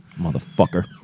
Motherfucker